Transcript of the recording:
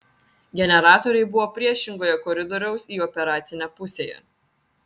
generatoriai buvo priešingoje koridoriaus į operacinę pusėje